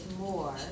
more